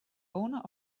owner